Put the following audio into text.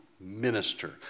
minister